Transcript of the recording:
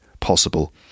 possible